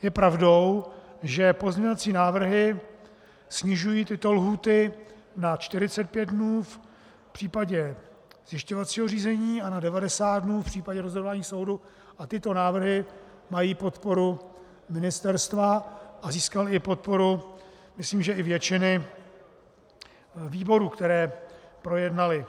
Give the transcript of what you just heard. Je pravdou, že pozměňovací návrhy snižují tyto lhůty na 45 dnů v případě zjišťovacího řízení a na 90 dnů v případě rozhodování soudu a tyto návrhy mají podporu ministerstva a získaly i podporu, myslím, i většiny výborů, které projednaly.